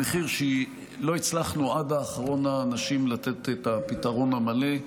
במחיר שלא הצלחנו עד אחרון אנשים לתת את הפתרון המלא.